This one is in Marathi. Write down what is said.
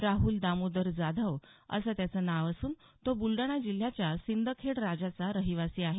राहुल दामोदर जाधव असं त्याचं नाव असून तो ब्लडाणा जिल्ह्याच्या सिंदखेडराजाचा रहिवासी आहे